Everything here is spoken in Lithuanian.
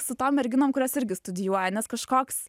su tom merginom kurios irgi studijuoja nes kažkoks